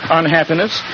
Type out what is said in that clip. unhappiness